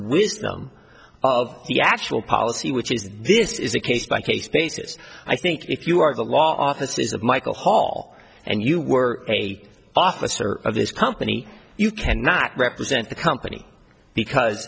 risk them of the actual policy which is this is a case by case basis i think if you are the law offices of michael hall and you were a officer of this company you cannot represent the company because